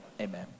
amen